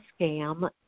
scam